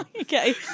Okay